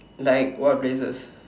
like what places